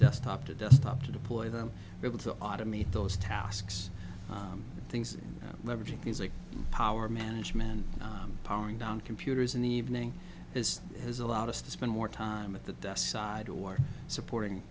desktop to desktop to deploy them able to automate those tasks things leveraging things like power management and powering down computers in the evening is has allowed us to spend more time at the desk side or supporting